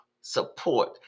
support